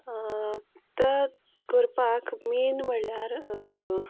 तर करपाक मेन म्हणल्यार